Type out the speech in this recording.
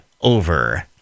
over